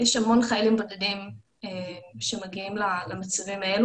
יש המון חיילים בודדים שמגיעים למצבים האלה,